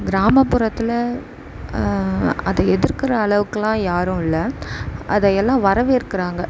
கிராமபுரத்தில் அதை எதிர்க்குற அளவுக்கெல்லாம் யாரும் இல்லை அதை எல்லாம் வரவேற்கிறாங்க